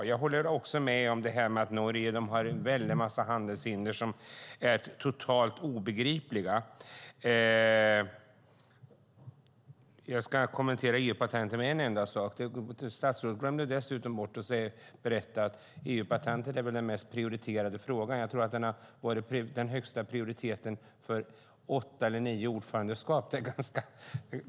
Jag håller med om att Norge har en väldig massa handelshinder som är totalt obegripliga. Jag ska kommentera EU-patentet med en enda sak. Statsrådet glömde bort att berätta att EU-patentet är den mest prioriterade frågan. Jag tror att den har haft den högsta prioriteten för åtta eller nio ordförandeskap.